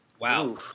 Wow